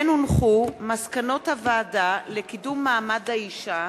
מסקנות הוועדה לקידום מעמד האשה,